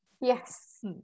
Yes